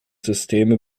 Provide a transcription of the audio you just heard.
systeme